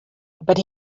but